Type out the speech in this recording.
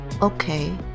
Okay